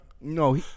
No